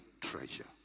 treasure